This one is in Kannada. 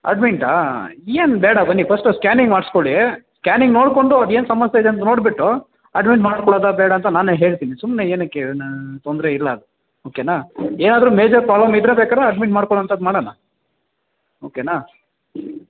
ಅಡ್ಮಿಂಟಾ ಏನು ಬೇಡ ಬನ್ನಿ ಫಸ್ಟು ಸ್ಕ್ಯಾನಿಂಗ್ ಮಾಡಿಸ್ಕೊಳ್ಳಿ ಸ್ಕ್ಯಾನಿಂಗ್ ನೋಡ್ಕೊಂಡು ಅದೇನು ಸಮಸ್ಯೆಯಿದೆ ಅಂತ ನೋಡಿಬಿಟ್ಟು ಅಡ್ಮಿಟ್ ಮಾಡ್ಕೊಳ್ಳೋದ ಬೇಡ ಅಂತ ನಾನೆ ಹೇಳ್ತಿನಿ ಸುಮ್ನೆ ಏನಕ್ಕೆ ನಾ ತೊಂದರೆ ಇಲ್ಲ ಅದು ಓಕೆನಾ ಏನಾದರು ಮೇಜರ್ ಪ್ರಾಬ್ಲಮ್ ಇದ್ರೆ ಬೇಕಾದ್ರೆ ಅಡ್ಮಿಟ್ ಮಾಡ್ಕೊಳೋ ಅಂಥದ್ದು ಮಾಡೋಣ ಓಕೆನಾ